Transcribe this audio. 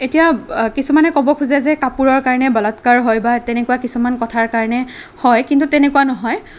এতিয়া কিছুমানে ক'ব খোজে যে কাপোৰৰ কাৰণে বলাৎকাৰ হয় বা তেনেকুৱা কিছুমান কথাৰ কাৰণে হয় কিন্তু তেনেকুৱা নহয়